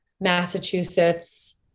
Massachusetts